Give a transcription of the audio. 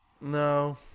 No